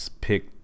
pick